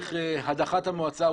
תהליך הדחת המועצה.